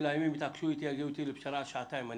יתעקשו איתי ויגיעו איתי לפשרה על שעתיים,